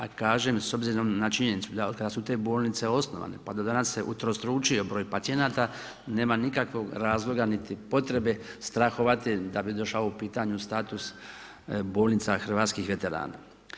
A kažem s obzirom na činjenicu da od kada su te bolnice osnovane pa do danas se utrostručio broj pacijenata, nema nikakvog razloga niti potrebe strahovati da bi došao u pitanju status bolnica hrvatskih veterana.